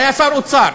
שהיה שר האוצר,